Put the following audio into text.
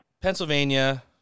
Pennsylvania